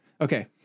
Okay